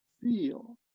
feel